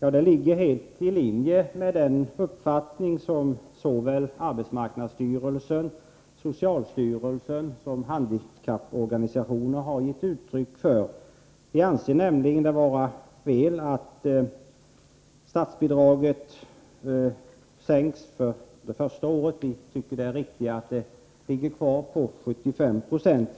ligger helt i linje med den uppfattning som såväl arbetsmarknadsstyrelsen som socialstyrelsen och handikapporganisationerna har gett uttryck för. Vi anser det nämligen vara fel att statsbidraget sänks för det första året. Vi tycker det är riktigare att det ligger kvar på 75 96.